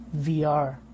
VR